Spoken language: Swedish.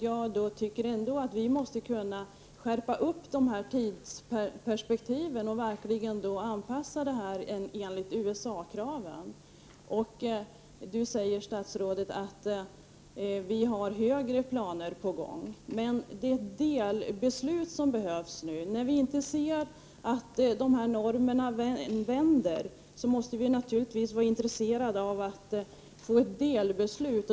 Jag anser ändå att vi måste snabba på och krympa tidsperspektivet och anpassa reglerna till de krav som gäller i USA. Statsrådet säger att man har större planer på gång, men det är ett delbeslut som behövs nu. När vi inte ser att gränsnormerna sjunker är vi naturligtvis intresserade av att få ett delbeslut.